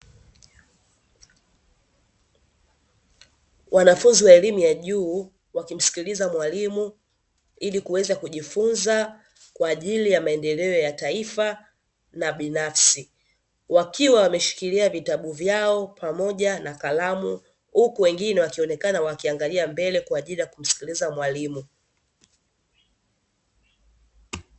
Wanafunzi wa elimu ya juu wakimsikiliza mwalimu, ili kuweza kujifunza kwa ajili ya maendeleo ya taifa na binafsi. Wakiwa wameshikilia vitabu vyao pamoja na kalamu, huku wengine wakionekana wakiangalia mbele kwa ajili ya kumsikiliza mwalimu.